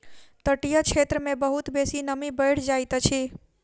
तटीय क्षेत्र मे बहुत बेसी नमी बैढ़ जाइत अछि